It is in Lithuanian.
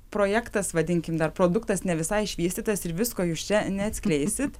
projektas vadinkim dar produktas ne visai išvystytas ir visko jūs čia neatskleisit